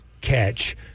catch